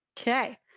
Okay